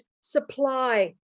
supply